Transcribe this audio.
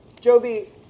Joby